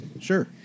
Sure